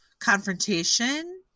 Confrontation